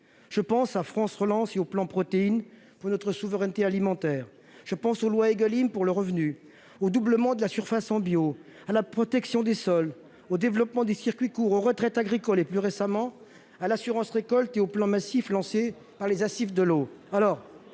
je pense à France relance et au plan protéines pour notre souveraineté alimentaire, je pense aux loi Egalim pour le revenu au doublement de la surface en bio à la protection des sols au développement des circuits courts aux retraites agricoles et plus récemment à l'assurance-récolte et au plan massif lancé par les assises de l'eau,